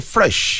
Fresh